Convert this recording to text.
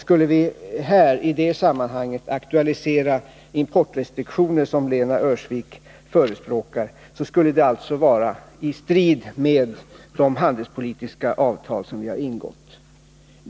Skulle vi som Lena Öhrsvik förespråkar aktualisera importrestriktioner i det här sammanhanget, skulle det alltså vara i strid med de handelspolitiska avtal som vi har ingått.